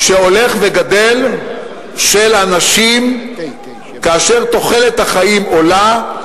שהולך וגדל של אנשים, כאשר תוחלת החיים עולה,